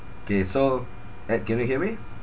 K so ed can you hear me